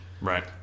right